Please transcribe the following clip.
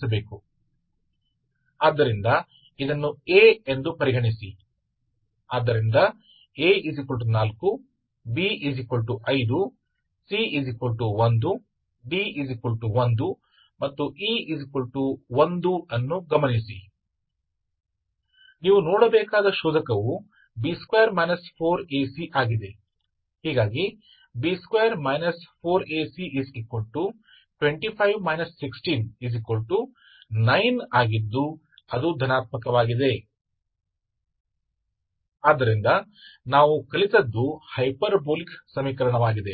तो बस मान लें कि यह आपका A है इसलिए A4 बस ध्यान दें कि A4 B5 C1और D1 E1ताकि हमें वास्तव में इसकी आवश्यकता न हो इसलिए आपको जो देखना है वह है डिस्क्रिमिनेंट डिस्क्रिमिनेंट B2 4AC बस B2 4AC 25 16 9 देखें B2 4AC 9 है जो सकारात्मक